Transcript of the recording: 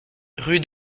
rue